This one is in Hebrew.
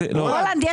רולנד,